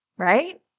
right